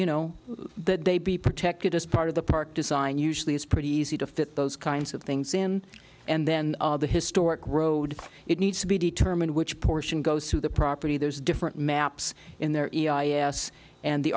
you know that they be protected as part of the park design usually it's pretty easy to fit those kinds of things in and then the historic road it needs to be determined which portion goes through the property there's different maps in there yes and the